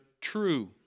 true